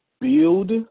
build